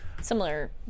similar